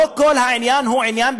לא כל העניין הוא עניין,